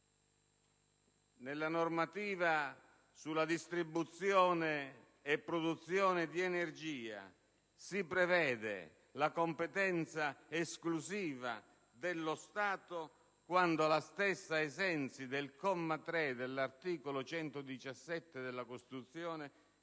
nella normativa sulla distribuzione e sulla produzione di energia si prevede la competenza esclusiva dello Stato quando la stessa, ai sensi dal comma 3 dell'articolo 117 della Costituzione,